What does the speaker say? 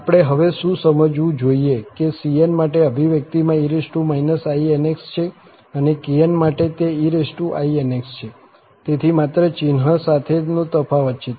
આપણે હવે શું સમજવું જોઈએ કે cn માટે અભિવ્યક્તિમાં e inx છે અને kn માટે તે einx છે તેથી માત્ર ચિહ્ન સાથેનો તફાવત છે